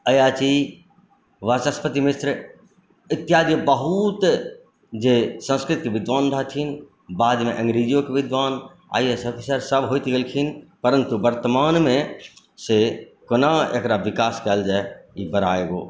अयाची वाचस्पति मिश्र इत्यादि बहुत जे संस्कृतके विद्वान रहथिन बादमे अंग्रजियोके विद्वान आइ ए एस अफसर सभ होइत गेलखिन परन्तु वर्तमानमे से कोना एकरा विकास कयल जाए ई बड़ा एगो